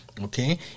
Okay